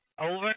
over